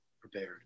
prepared